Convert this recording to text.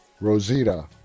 Rosita